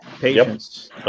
Patience